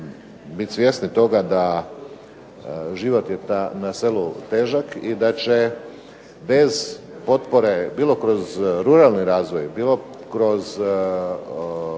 biti svjesni da život na selu je težak i da će bez potpore bilo kroz ruralni razvoj, bilo kroz